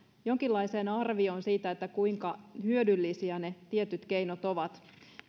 jonkinlaiseen arvioon siitä kuinka hyödyllisiä ne tietyt keinot ovat